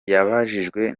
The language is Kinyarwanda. yabajijwe